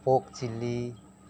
pork chilli